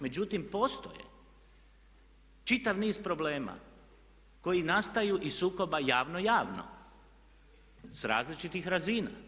Međutim, postoje čitav niz problema koji nastaju iz sukoba javno-javno sa različitih razina.